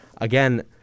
again